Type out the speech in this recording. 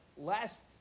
last